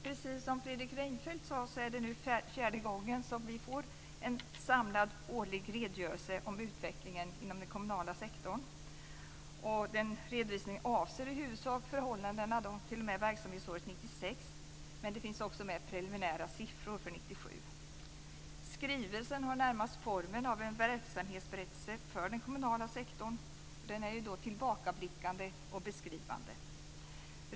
Precis som Fredrik Reinfeldt sade är det nu fjärde gången som vi får en samlad årlig redogörelse om utvecklingen inom den kommunala sektorn. Redovisningen avser i huvudsak förhållanden t.o.m. verksamhetsåret 1996, men det finns också preliminära siffror för år 1997. Skrivelsen har närmast formen av en verksamhetsberättelse för den kommunala sektorn. Den är tillbakablickande och beskrivande.